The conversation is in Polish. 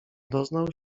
doznał